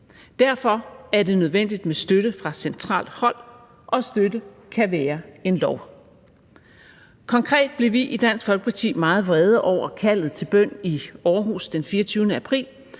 Derfor er det nødvendigt med støtte fra centralt hold, og støtte kan være en lov. Konkret blev vi i Dansk Folkeparti meget vrede over kaldet til bøn i Aarhus den 24. april,